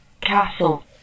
Castle